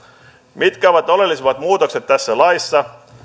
mitkä ovat oleellisimmat muutokset tässä laissa